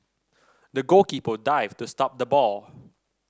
the goalkeeper dived to stop the ball